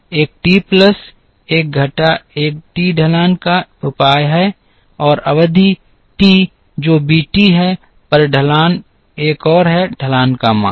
तो एक T plus एक घटा एक टी ढलान का एक उपाय है और अवधि टी जो बी टी है पर ढलान एक और है ढलान का माप